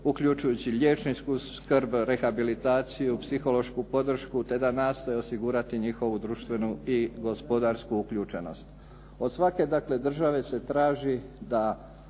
uključujući liječničku skrb, rehabilitaciju, psihološku podršku, te da nastoje osigurati njihovu društvenu i gospodarsku uključenost. Od svake dakle države se traži da